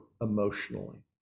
emotionally